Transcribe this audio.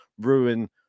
ruin